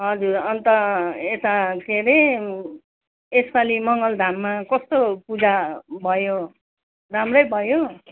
हजुर अन्त यता के अरे यसपाली मङ्गलधाममा कस्तो पूजा भयो राम्रै भयो